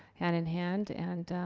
hand in hand and,